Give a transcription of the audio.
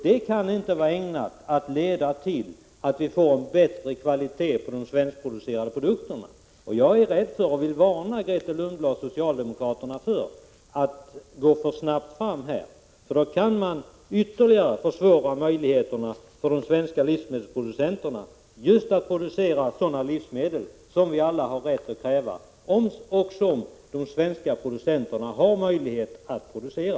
Det kan inte leda till att vi får en bättre kvalitet på de svenskproducerade produkterna. Jag vill varna Grethe Lundblad och socialdemokraterna för att här gå för snabbt fram — då kan man ytterligare försvåra möjligheterna för de svenska livsmedelsproducenterna att producera sådana livsmedel som vi alla har rätt att kräva och som de svenska producenterna har möjlighet att producera.